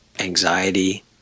anxiety